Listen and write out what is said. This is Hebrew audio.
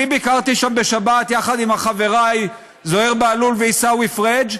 ביקרתי שם בשבת יחד עם חבריי זוהיר ובהלול ועיסאווי פריג',